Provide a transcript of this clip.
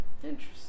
Interesting